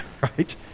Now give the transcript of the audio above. right